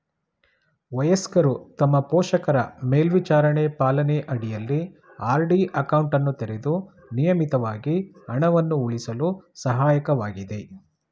ವಯಸ್ಕರು ತಮ್ಮ ಪೋಷಕರ ಮೇಲ್ವಿಚಾರಣೆ ಪಾಲನೆ ಅಡಿಯಲ್ಲಿ ಆರ್.ಡಿ ಅಕೌಂಟನ್ನು ತೆರೆದು ನಿಯಮಿತವಾಗಿ ಹಣವನ್ನು ಉಳಿಸಲು ಸಹಾಯಕವಾಗಿದೆ